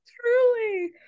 truly